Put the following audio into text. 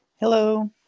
Hello